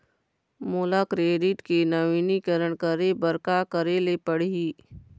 मोला क्रेडिट के नवीनीकरण करे बर का करे ले पड़ही?